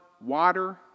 water